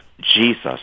Jesus